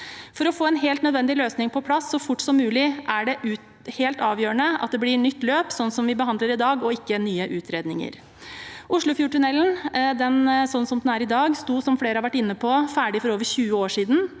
For å få en helt nødvendig løsning på plass så fort som mulig er det helt avgjørende at det blir et nytt løp, slik som vi behandler i dag, og ikke nye utredninger. Oslofjordtunnelen, slik som den er i dag, sto – som flere har vært inne på – ferdig for over 20 år siden.